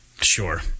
sure